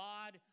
God